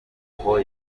amoko